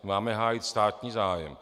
Máme hájit státní zájem.